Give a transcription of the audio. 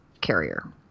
carrier